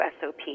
SOP